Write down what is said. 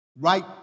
right